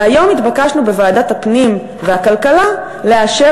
והיום התבקשנו בוועדת המשותפת פנים-כלכלה לאשר